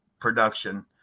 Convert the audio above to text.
production